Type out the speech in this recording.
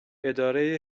اداره